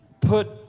put